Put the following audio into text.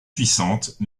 puissantes